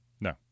No